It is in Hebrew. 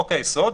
בחוק היסוד,